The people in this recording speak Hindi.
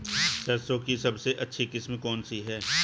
सरसों की सबसे अच्छी किस्म कौन सी है?